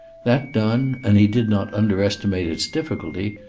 that done, and he did not underestimate its difficulty,